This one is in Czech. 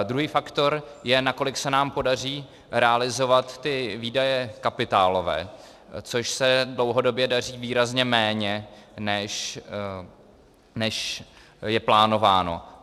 Druhý faktor je, nakolik se nám podaří realizovat ty výdaje kapitálové, což se dlouhodobě daří výrazně méně, než je plánováno.